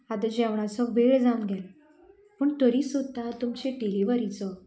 आतां जेवणाचो वेळ जावन गेलो पूण तरी सुद्दां तुमच्या डिलीवरीचो